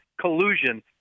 collusion